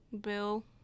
bill